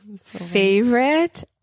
favorite